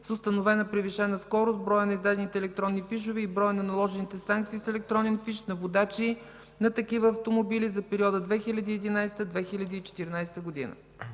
с установена превишена скорост, броя на издадените електронни фишове и броя на наложените санкции с електронен фиш на водачи на такива автомобили за периода 2011 – 2014 г.